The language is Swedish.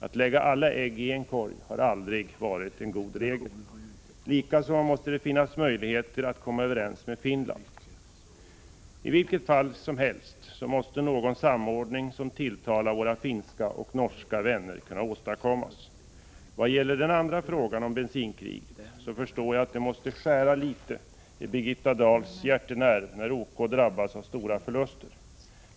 Att lägga alla ägg i en korg har aldrig varit en god regel. Likaså måste det finnas möjligheter att komma överens med Finland. I vilket fall som helst måste någon samordning som tilltalar våra finska och norska vänner kunna åstadkommas. Vad gäller den andra frågan, om bensinkriget, så förstår jag att det måste skära i Birgitta Dahls hjärtenerv när OK drabbas av stora förluster.